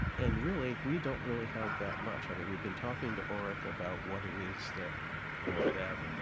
and really, we don't really have that much i mean we've been talking to orrick about what it is that that